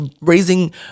raising